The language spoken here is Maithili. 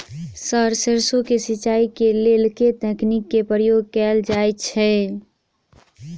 सर सैरसो केँ सिचाई केँ लेल केँ तकनीक केँ प्रयोग कैल जाएँ छैय?